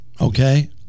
okay